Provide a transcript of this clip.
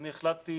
אני החלטתי